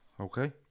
Okay